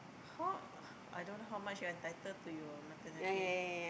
how I don't know how much you entitled to your maternity